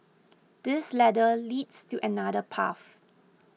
this ladder leads to another path